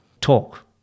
talk